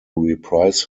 reprise